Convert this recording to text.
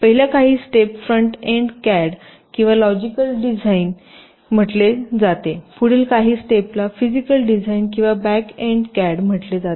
पहिल्या काही step front end CAD किंवा लॉजिकल डिझाइन म्हटले जाते पुढील काही स्टेपला फिजिकल डिझाइन किंवा बॅक एंड कॅड म्हटले जाते